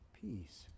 peace